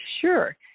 Sure